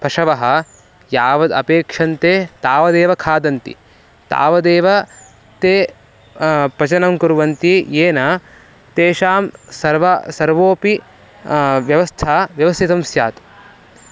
पशवः यावद् अपेक्षन्ते तावदेव खादन्ति तावदेव ते पचनं कुर्वन्ति येन तेषां सर्वं सर्वापि व्यवस्था व्यवस्थिता स्यात्